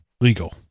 legal